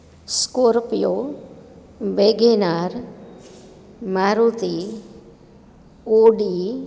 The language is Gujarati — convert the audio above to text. Scorpio WagonR Maruti Audi